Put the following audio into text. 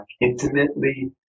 intimately